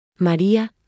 María